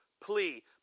plea